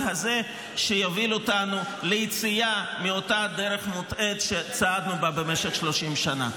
הזה שיוביל אותנו ליציאה מאותה דרך מוטעית שצעדנו בה במשך 30 שנה.